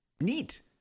Neat